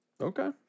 Okay